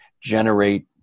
generate